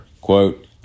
Quote